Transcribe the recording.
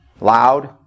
Loud